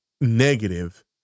negative